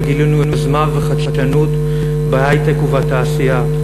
וגילינו יוזמה וחדשנות בהיי-טק ובתעשייה.